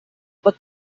pot